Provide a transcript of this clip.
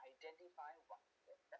identify what is that